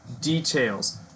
details